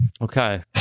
Okay